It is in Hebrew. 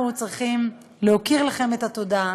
אנחנו צריכים להכיר לכם תודה,